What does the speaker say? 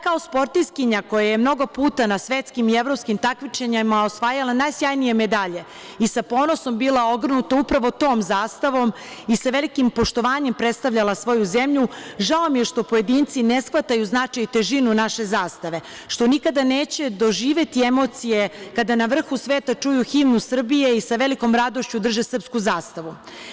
Kao sportistkinja koja je mnogo puta na svetskim i evropskim takmičenjima osvajala najsjajnije medalje i sa ponosom bila ogrnuta upravo tom zastavom i sa velikim poštovanjem predstavljala svoju zemlju, žao mi je što pojedinci ne shvataju značaj i težinu naše zastave, što nikada neće doživeti emocije kada na vrhu sveta čuju himnu Srbije i sa velikom radošću drže srpsku zastavu.